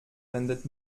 wendet